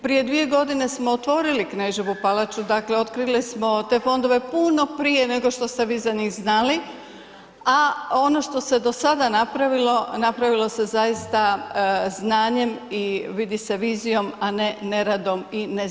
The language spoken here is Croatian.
Prije 2 godine smo otvorili Kneževu palaču, dakle otkrili smo te fondove puno prije nego što ste vi za njih znali, a ono što se do sada napravilo, napravilo se zaista znanjem i vidi se vizijom, a ne neradom i neznanjem.